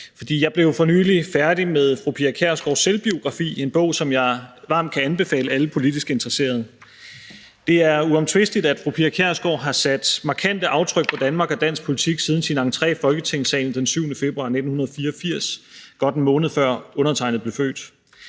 jeg blev for nylig færdig med fru Pia Kjærsgaards selvbiografi, en bog, som jeg varmt kan anbefale alle politisk interesserede. Det er uomtvisteligt, at fru Pia Kjærsgaard har sat markante aftryk på Danmark og dansk politik siden sin entré i Folketingssalen den 7. februar 1984, godt en måned før undertegnede blev født.